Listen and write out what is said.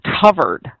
covered